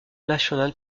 national